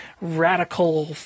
radical